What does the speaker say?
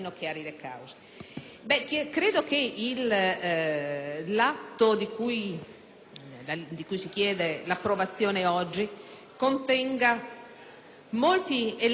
Credo che l'atto di cui si chiede l'approvazione contenga molti elementi che